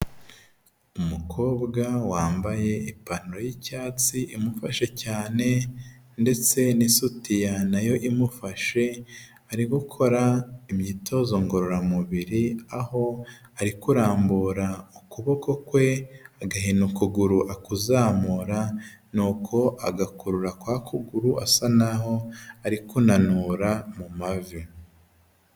Umukobwa wambaye ipantaro y'icyatsi imufashe cyane ndetse n'isutiya nayo imufashe, ari gukora imyitozo ngororamubiri aho ari kurambura ukuboko kwe agahina ukuguru kuzamura nuko, agakurura kwa kuguru asa naho arikunanura mu mavi.